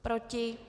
Proti?